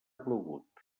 plogut